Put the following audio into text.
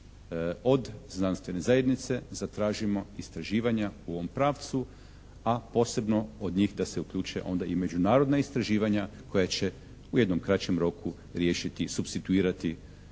od znanstvene zajednice zatražimo istraživanja u ovom pravcu a posebno od njih da se uključe onda i međunarodna istraživanja koja će u jednom kraćem roku riješiti, supstituirati